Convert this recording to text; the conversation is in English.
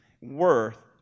worth